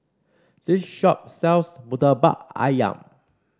this shop sells murtabak ayam